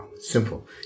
Simple